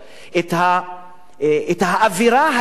האווירה הימנית,